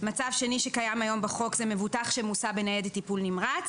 מצב שני שקיים היום בחוק זה מבוטח שמוסע בניידת טיפול נמרץ,